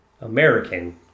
American